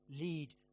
lead